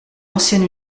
ancienne